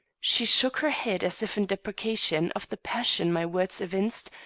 she shook her head as if in deprecation of the passion my words evinced,